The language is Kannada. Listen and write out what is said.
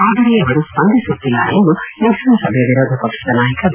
ಆದರೆ ಅವರು ಸ್ಪಂದಿಸುತ್ತಿಲ್ಲ ಎಂದು ವಿಧಾನಸಭೆಯ ವಿರೋಧ ಪಕ್ಷದ ನಾಯಕ ಬಿ